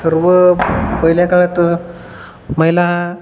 सर्व पहिल्या काळात महिला